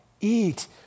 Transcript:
eat